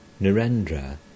Narendra